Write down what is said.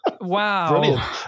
Wow